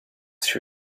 she